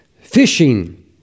fishing